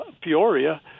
Peoria